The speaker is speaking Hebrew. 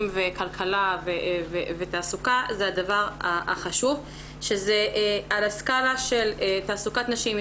וכלכלה ותעסוקה זה הדבר החשוב שזה על הסקאלה של תעסוקת נשים,